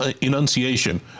enunciation